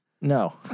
No